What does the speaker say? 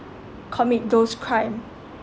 commit those crime